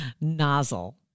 nozzle